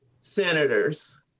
senators